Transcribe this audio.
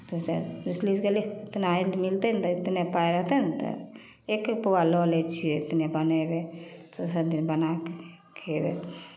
ओहिसँ पुछली गेली इतनाएमे मिलतै नहि इतना पाइ रहतै नहि तऽ एके पौआ लऽ लै छियै इतने बनयबै दोसर दिन बना कऽ खयबै